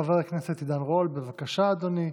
חבר הכנסת עידן רול, בבקשה, אדוני,